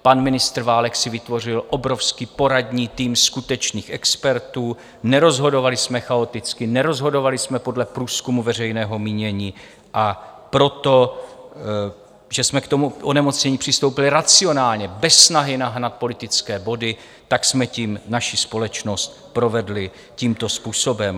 Pan ministr Válek si vytvořil obrovský poradní tým skutečných expertů, nerozhodovali jsme chaoticky, nerozhodovali jsme podle průzkumu veřejného mínění, a proto, že jsme k tomu onemocnění přistoupili racionálně, bez snahy nahnat politické body, tak jsme tím naši společnost provedli tímto způsobem.